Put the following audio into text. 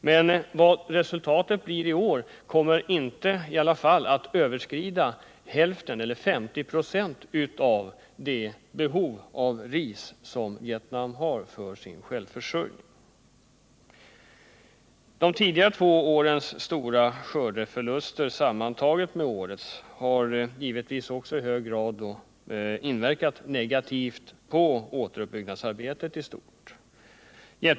Skörderesultatet i år kommer i varje fall inte att överstiga hälften, 50 96 ,av det behov av ris som Vietnam har för sin självförsörjning. De tidigare två årens stora skördeförluster sammantagna med årets har givetvis också i hög grad inverkat negativt på återuppbyggnadsarbetet i stort.